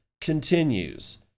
continues